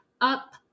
up